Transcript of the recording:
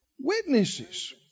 Witnesses